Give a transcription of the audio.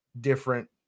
different